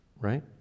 right